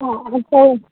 हाँ अगर तो